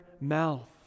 mouth